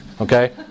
Okay